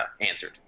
answered